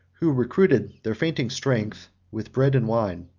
who recruited their fainting strength with bread and wine,